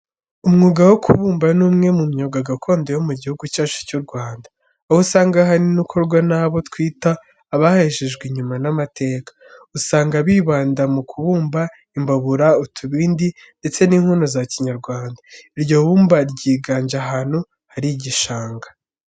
Umwuga wo kubumba, ni umwe mu myuga gakondo yo mu Gihugu cyacu cy'u Rwanda, aho usanga ahanini ukorwa n'abo twita:"Abahejejwe inyuma n'amateka." Usanga bibanda mu kubumba imbabura, utubindi ndetse n'inkono za Kinyarwanda. Iryo bumba ryiganje ahantu hari igishanga.